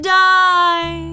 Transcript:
die